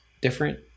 different